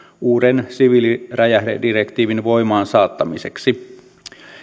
uuden siviiliräjähdedirektiivin voimaansaattamiseksi